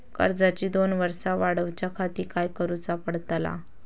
कर्जाची दोन वर्सा वाढवच्याखाती काय करुचा पडताला?